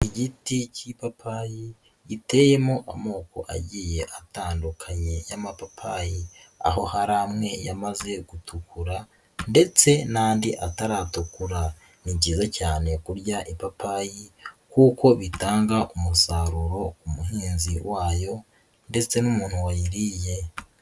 Igiti cy'ipapayi giteyemo amoko agiye atandukanye y'amapapayi. Aho hari amwe yamaze gutukura ndetse n'andi ataratukura. Ni byiza cyane kurya ipapayi kuko bitanga umusaruro, umuhinzi wayo ndetse n'umuntu wayiriye.